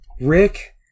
rick